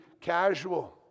casual